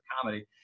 comedy